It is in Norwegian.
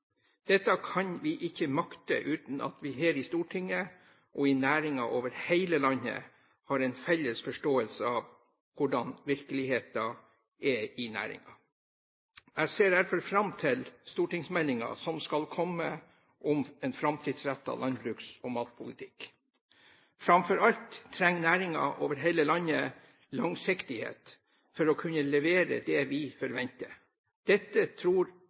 Dette kan vi ikke makte uten at vi her i Stortinget og i næringen over hele landet har en felles forståelse av hvordan virkeligheten er i næringen. Jeg ser derfor fram til stortingsmeldingen som skal komme, om en framtidsrettet landbruks- og matpolitikk. Framfor alt trenger næringen over hele landet langsiktighet for å kunne levere det vi forventer. Dette tror